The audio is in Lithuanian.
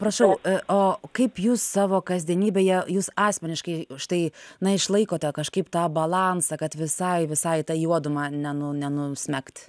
prašau o kaip jūs savo kasdienybėje jūs asmeniškai štai na išlaikote kažkaip tą balansą kad visai visai į tą juodumą nenu nenusmegt